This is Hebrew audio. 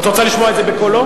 את רוצה לשמוע את זה בקולו?